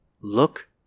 Look